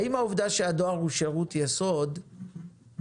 האם העובדה שהדואר הוא שירות יסוד לא